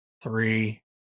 three